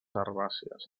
herbàcies